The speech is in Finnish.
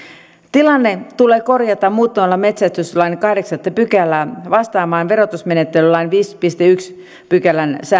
tilanne tulee korjata muuttamalla metsästyslain kahdeksatta pykälää vastaamaan verotusmenettelylain viisi ensimmäisen pykälän